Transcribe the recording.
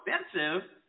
expensive